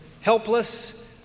helpless